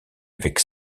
avec